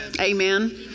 Amen